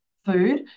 Food